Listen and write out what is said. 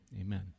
Amen